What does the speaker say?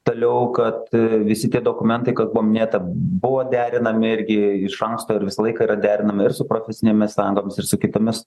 toliau kad visi tie dokumentai kas buvo minėta buvo derinami irgi iš anksto ir visą laiką yra derinami ir su profesinėmis sąjungomis ir su kitomis